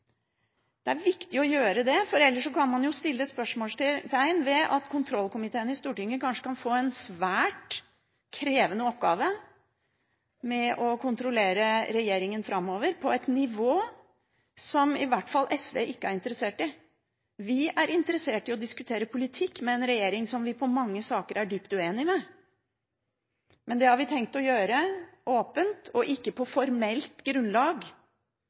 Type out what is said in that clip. Det er viktig å gjøre det, for ellers kan man sette spørsmålstegn ved det at kontrollkomiteen i Stortinget kanskje kan få en svært krevende oppgave framover med å kontrollere regjeringen på et nivå som i hvert fall ikke SV er interessert i. Vi er interessert i å diskutere politikk med en regjering som vi i mange saker er dypt uenig med. Men det har vi tenkt å gjøre åpent, og ikke på formelt grunnlag